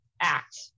Act